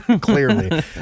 clearly